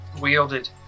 wielded